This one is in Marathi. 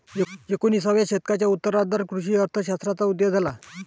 एकोणिसाव्या शतकाच्या उत्तरार्धात कृषी अर्थ शास्त्राचा उदय झाला